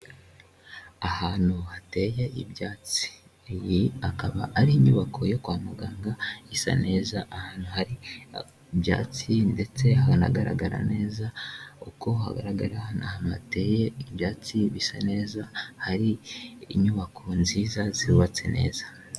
Ahantu hateye ibyatsi, iyi akaba ari inyubako yo kwa muganga, isa neza ahantu hari ibyatsi ndetse hanagaragara neza, uko hagaragara ni ahantu hateye ibyatsi bisa neza, hari inyubako nziza zubatse neza.